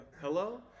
Hello